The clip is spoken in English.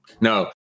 no